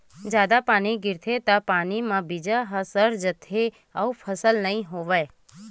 जादा पानी गिरगे त पानी म बीजा ह सर जाथे अउ फसल नइ होवय